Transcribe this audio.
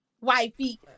wifey